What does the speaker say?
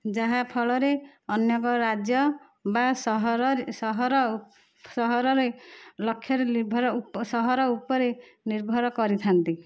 ଯାହାଫଳରେ ଅନ୍ୟ ଏକ ରାଜ୍ୟ ବା ସହର ସହରରେ ଲକ୍ଷ୍ୟରେ ନିର୍ଭର ସହରର ଉପରେ ନିର୍ଭର କରିଥାନ୍ତି